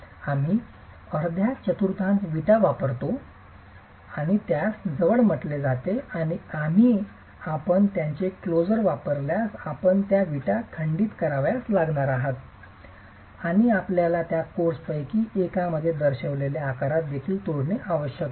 आम्ही अर्ध्या चतुर्थांश विटा वापरतो आणि त्यास जवळ म्हटले जाते आणि येथे आपण त्याचे क्लोजर वापरल्यास आपण या विटा खंडित करावयास लागणार आहात आणि आपल्याला त्या कोर्सपैकी एकामध्ये दर्शविलेल्या आकारात देखील तोडणे आवश्यक आहे